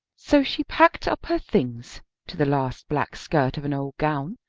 so she packed up her things to the last black skirt of an old gown,